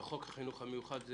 זה